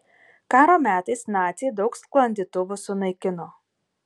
karo metais naciai daug sklandytuvų sunaikino